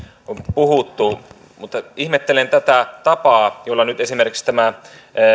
puhuttu mutta ihmettelen tätä tapaa jolla nyt esimerkiksi tämä